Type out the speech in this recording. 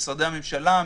ממשרדי הממשלה,